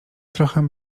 trochę